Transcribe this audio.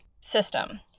system